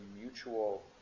mutual